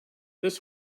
this